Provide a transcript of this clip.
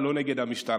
לא נגד המשטרה.